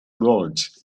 world